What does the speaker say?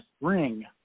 ring